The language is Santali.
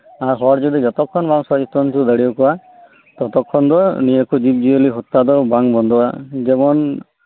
ᱟᱨ ᱦᱚᱲᱡᱚᱫᱤ ᱡᱚᱛᱚᱠᱷᱚᱱ ᱵᱟᱢ ᱥᱚᱪᱮᱛᱚᱱ ᱫᱟᱲᱤᱭᱟᱠᱩᱣᱟ ᱛᱚᱛᱚᱠᱷᱚᱱ ᱫᱚ ᱱᱤᱭᱟᱹᱠᱩ ᱡᱤᱵᱡᱤᱭᱟᱹᱞᱤ ᱦᱚᱛᱟ ᱫᱚ ᱵᱟᱝ ᱵᱚᱱᱫᱚᱜ ᱟ ᱡᱮᱢᱚᱱ